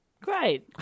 Great